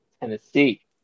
Tennessee